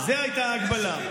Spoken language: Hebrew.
אבל זאת הייתה ההגבלה.